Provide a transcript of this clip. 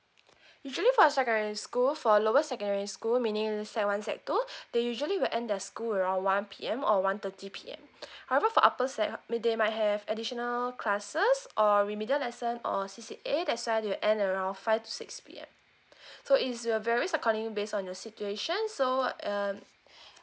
usually for secondary school for lower secondary school meaning S_E_C one S_E_C two they usually will end their school around one P_M or one thirty p_M however for upper S_E_C they might have additional classes or remedial lesson or C_C_A this one will end around five to six P_M so is uh very based on the your situation so um